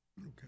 Okay